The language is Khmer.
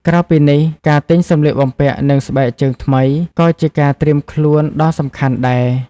ក្រៅពីនេះ ការ ទិញសម្លៀកបំពាក់និងស្បែកជើងថ្មី ក៏ជាការត្រៀមខ្លួនដ៏សំខាន់ដែរ។